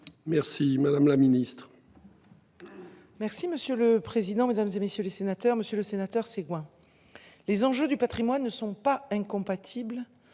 Merci, madame la Ministre.